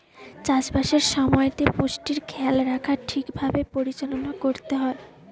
চাষ বাসের সময়তে পুষ্টির খেয়াল রাখা ঠিক ভাবে পরিচালনা করতে হয়